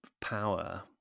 power